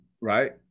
Right